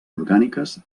orgàniques